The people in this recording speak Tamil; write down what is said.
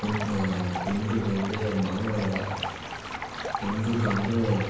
பெண் அந்த பெண்களுக்கு வந்து மாமா ழ பெண்களுக்கு வந்து